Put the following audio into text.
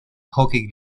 hockey